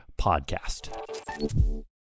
podcast